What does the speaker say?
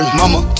mama